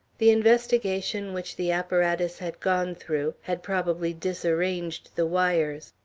the investigation which the apparatus had gone through had probably disarranged the wires.